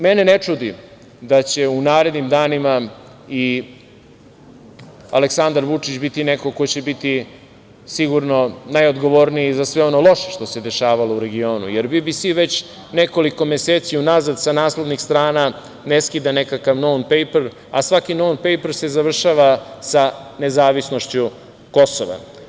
Mene ne čudi da će u narednim danima i Aleksandar Vučić biti neko ko će biti sigurno najodgovorniji za sve ono loše što se dešavalo u regionu jer Bi-Bi-Si već nekoliko meseci unazad sa naslovnih strana ne skida nekakav non-pejper se završava sa nezavisnošću Kosova.